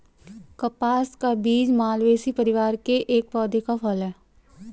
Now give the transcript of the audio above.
कपास का बीज मालवेसी परिवार के एक पौधे का फल है